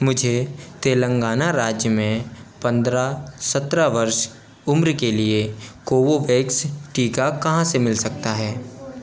मुझे तेलंगाना राज्य में पंद्रह सत्रह वर्ष उम्र के लिए कोवोवैक्स टीका कहाँ से मिल सकता है